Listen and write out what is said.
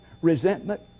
resentment